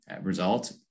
result